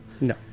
no